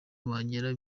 bahagera